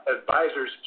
Advisors